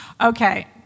okay